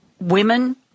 women